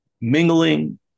mingling